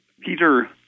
Peter